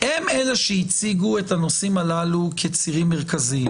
הם אלה שהציגו את הנושאים הללו כצירים מרכזיים.